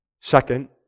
Second